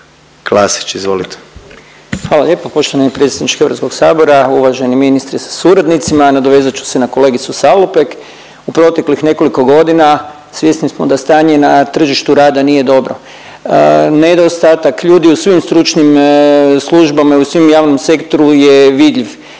**Klasić, Darko (HSLS)** Hvala lijepa poštovani predsjedniče Hrvatskog sabora. Uvaženi ministre sa suradnicima nadovezat ću se na kolegicu Salopek. U proteklih nekoliko godina svjesni smo da stanje na tržištu rada nije dobro. Nedostatak ljudi u svim stručnim službama i u svim javnom sektoru je vidljiv.